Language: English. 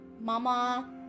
MAMA